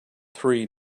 three